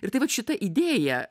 ir tai vat šita idėja